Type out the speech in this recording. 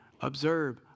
observe